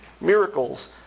miracles